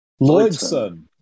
Lloydson